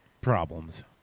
problems